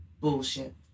bullshit